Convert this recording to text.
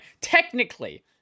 Technically